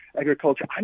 agriculture